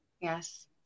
Yes